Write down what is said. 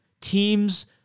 Teams